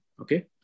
Okay